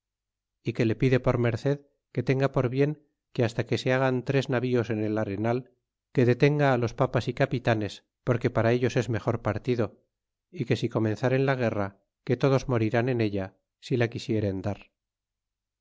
y que le pide por merced que tenga por bien que hasta que se hagan tres navíos en el arenal que detenga á los papas y capitanes porque para ellos es mejor partido y que si comenzaren la guerra que todos morirán en ella si la quisieren dar